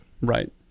Right